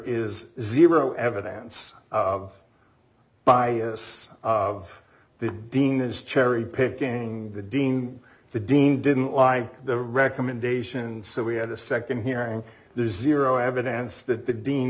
is zero evidence of bias of the dean is cherry picking the dean the dean didn't like the recommendation so we had a second hearing there's zero evidence that the dean